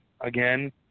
again